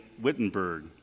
Wittenberg